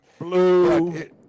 Blue